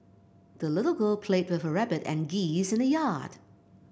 the little girl played with her rabbit and geese in the yard